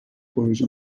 پروزه